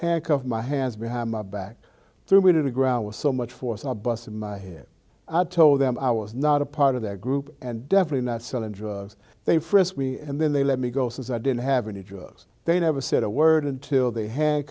hack off my hands behind my back threw it in the ground with so much force i busted my head told them i was not a part of their group and definitely not selling drugs they frisked me and then they let me go since i didn't have any drugs they never said a word until they ha